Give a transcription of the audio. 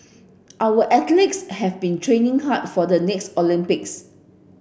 our athletes have been training hard for the next Olympics